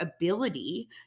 ability